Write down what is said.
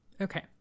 okay